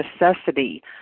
necessity